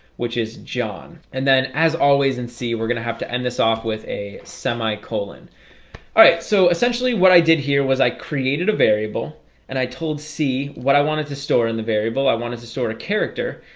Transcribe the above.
which is john and then as always in c we're gonna have to end this off with a semicolon all right so essentially what i did here was i created a variable and i told c what i wanted to store in the variable i wanted to store a character.